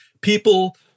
people